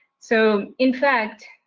so in fact,